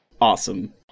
awesome